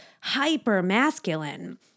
hyper-masculine